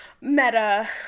Meta